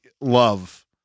love